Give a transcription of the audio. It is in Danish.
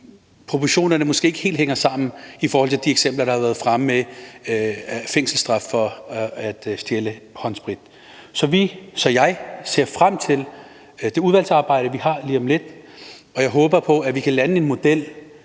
proportionerne måske ikke helt hænger sammen i forhold til de eksempler, der har været fremme, med fængselsstraf for at stjæle håndsprit. Så jeg ser frem til det udvalgsarbejde, vi har lige om lidt, og jeg håber på, at vi kan lande en model,